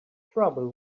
trouble